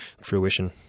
fruition